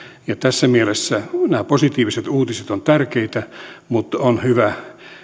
ja tässä mielessä nämä positiiviset uutiset ovat tärkeitä mutta on hyvä